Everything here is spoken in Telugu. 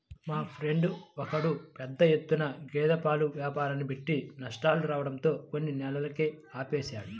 మా ఫ్రెండు ఒకడు పెద్ద ఎత్తున గేదె పాల వ్యాపారాన్ని పెట్టి నష్టాలు రావడంతో కొన్ని నెలలకే ఆపేశాడు